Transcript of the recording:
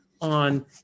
on